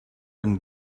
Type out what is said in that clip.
and